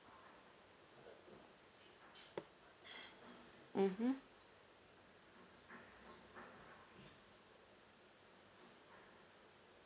mmhmm